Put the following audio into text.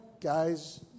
guys